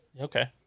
Okay